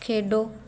ਖੇਡੋ